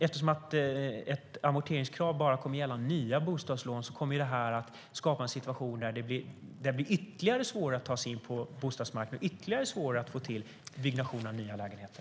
Eftersom ett amorteringskrav bara kommer att gälla nya bostadslån kommer det att skapa en situation där det blir ytterligare svårare att ta sig in på bostadsmarknaden och att få till byggnation av nya lägenheter.